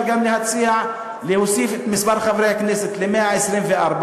גם להציע להגדיל את מספר חברי הכנסת ל-124,